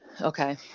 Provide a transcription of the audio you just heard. Okay